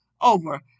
Over